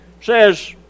says